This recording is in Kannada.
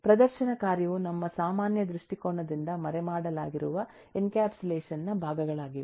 ಪ್ರದರ್ಶನ ಕಾರ್ಯವು ನಮ್ಮ ಸಾಮಾನ್ಯ ದೃಷ್ಟಿಕೋನದಿಂದ ಮರೆಮಾಡಲಾಗಿರುವ ಎನ್ಕ್ಯಾಪ್ಸುಲೇಷನ್ ನ ಭಾಗಗಳಾಗಿವೆ